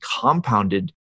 compounded